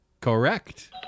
Correct